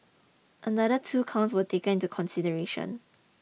another two counts were taken to consideration